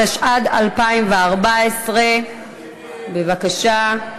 התשע"ד 2014. בבקשה,